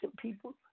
people